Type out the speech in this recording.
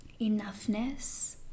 enoughness